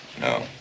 No